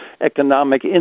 economic